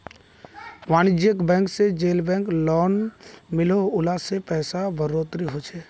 वानिज्ज्यिक बैंक से जेल बैंक लोन मिलोह उला से पैसार बढ़ोतरी होछे